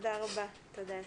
תודה רבה, יסמין.